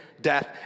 death